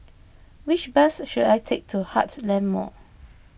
which bus should I take to Heartland Mall